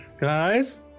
Guys